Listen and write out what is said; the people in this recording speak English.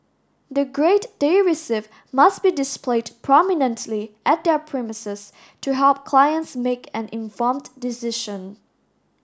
the grade they receive must be displayed prominently at their premises to help clients make an informed decision